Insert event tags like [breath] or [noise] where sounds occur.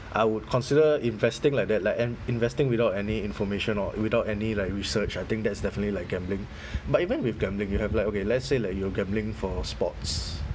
I would consider investing like that like an investing without any information or without any like research I think that's definitely like gambling [breath] but even with gambling you have like okay let's say like you are gambling for sports